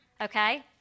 Okay